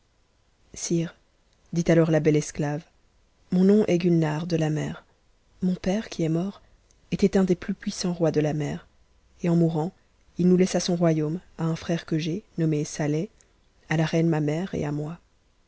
dit alors la belle esclave mon nom est gulnare de h mo mon père qui est mort était un des plus puissants rois de la mer et en mourant il nous laissa son royaume à un frère que j'ai nommé sale à la reine ma mère et à moi